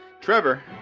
Trevor